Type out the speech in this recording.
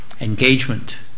engagement